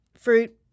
fruit